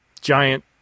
giant